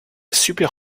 super